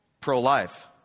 pro-life